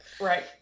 right